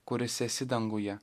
kuris esi danguje